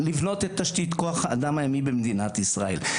לבנות את תשתית כוח האדם הימי במדינת ישראל.